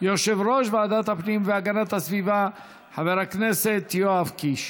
יושב-ראש ועדת הפנים והגנת הסביבה חבר הכנסת יואב קיש.